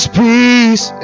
peace